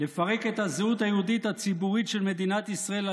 לפרק את הזהות היהודית הציבורית של מדינת ישראל על